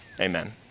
Amen